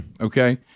okay